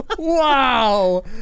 Wow